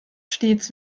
stets